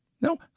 No